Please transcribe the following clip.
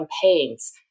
campaigns